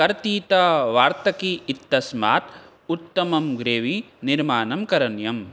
कर्तितवार्तकी इत्यस्मात् उत्तमं ग्रेवी निर्माणं करणीयं